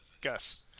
Gus